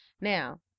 Now